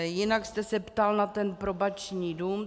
Jinak jste se ptal na probační dům.